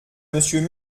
monsieur